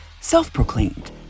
self-proclaimed